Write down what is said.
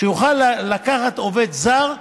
שיוכל לקחת עובד זר,